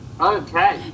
Okay